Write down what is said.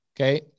okay